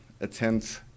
attend